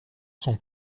son